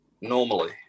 Normally